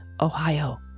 Ohio